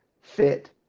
fit